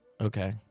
okay